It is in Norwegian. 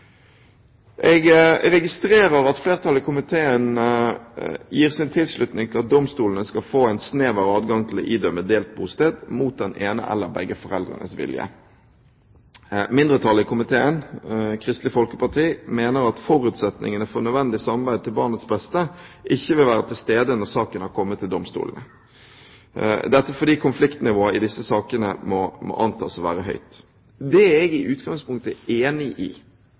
Jeg registrerer at flertallet i komiteen gir sin tilslutning til at domstolene skal få en snever adgang til å idømme delt bosted mot den ene forelders eller begge foreldrenes vilje. Mindretallet i komiteen – Kristelig Folkeparti – mener at forutsetningene for nødvendig samarbeid til barnets beste ikke vil være til stede når saken er kommet til domstolene, dette fordi konfliktnivået i disse sakene må antas å være høyt. Det er jeg i utgangspunktet enig i,